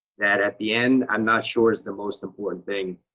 that at the end, i'm not sure it's the most important thing.